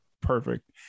perfect